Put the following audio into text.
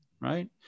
right